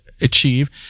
achieve